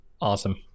awesome